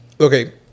Okay